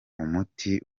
umuti